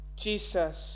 Jesus